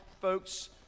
folks